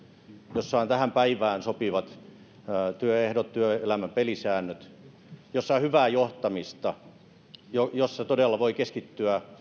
joissa on tähän päivään sopivat työehdot työelämän pelisäännöt joissa on hyvää johtamista joissa todella esimerkiksi hoitohenkilökunta voi keskittyä